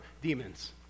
demons